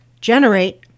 generate